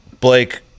Blake